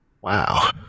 Wow